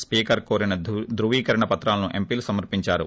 speaker కోరిన ధ్రువీకరణ పత్రాలను ఎంపీలు సమర్పించారు